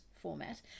format